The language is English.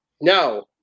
No